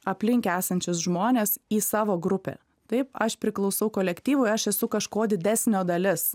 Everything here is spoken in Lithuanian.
aplink esančius žmones į savo grupę taip aš priklausau kolektyvui aš esu kažko didesnio dalis